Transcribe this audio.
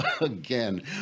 again